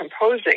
composing